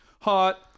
hot